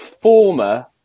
former